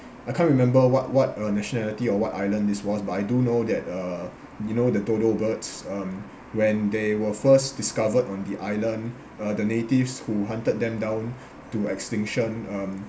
I can't remember what what uh nationality or what island this was but I do know that uh you know the dodo birds um when they were first discovered on the island uh the natives who hunted them down to extinction um